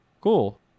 Cool